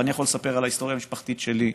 ואני יכול לספר על ההיסטוריה המשפחתית שלי.